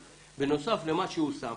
בנוסף למה שהוא שם,